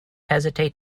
hesitate